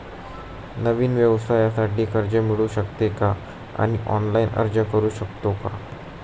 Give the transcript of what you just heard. नवीन व्यवसायासाठी कर्ज मिळू शकते का आणि ऑनलाइन अर्ज करू शकतो का?